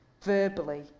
verbally